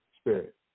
spirit